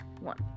one